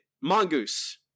mongoose